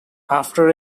after